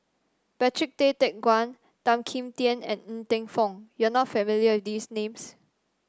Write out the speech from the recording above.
Patrick Tay Teck Guan Tan Kim Tian and Ng Teng Fong you are not familiar with these names